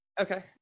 Okay